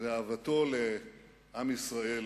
ואהבתו לעם ישראל